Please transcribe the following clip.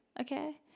Okay